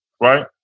right